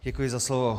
Děkuji za slovo.